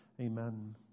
Amen